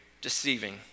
deceiving